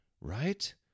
Right